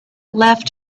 left